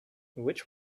which